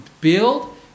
build